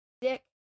dick